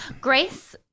Grace